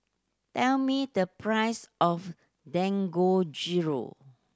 tell me the price of Dangojiru